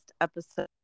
episode